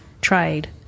trade